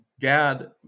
Gad